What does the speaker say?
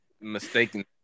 Mistaken